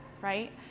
right